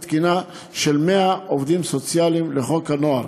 תקינה של 100 עובדים סוציאליים לחוק הנוער.